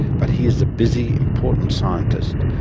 but he is a busy, important scientist,